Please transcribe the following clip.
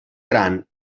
gran